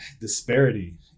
disparity